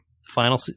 final